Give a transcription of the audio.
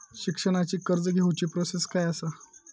शिक्षणाची कर्ज घेऊची प्रोसेस काय असा?